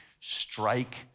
Strike